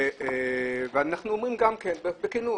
אנחנו אומרים בכנות: